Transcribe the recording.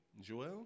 Joel